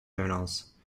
journals